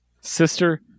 sister